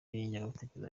n’ingengabitekerezo